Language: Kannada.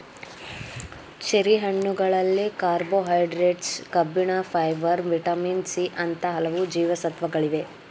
ಚೆರಿ ಹಣ್ಣುಗಳಲ್ಲಿ ಕಾರ್ಬೋಹೈಡ್ರೇಟ್ಸ್, ಕಬ್ಬಿಣ, ಫೈಬರ್, ವಿಟಮಿನ್ ಸಿ ಅಂತ ಹಲವು ಜೀವಸತ್ವಗಳಿವೆ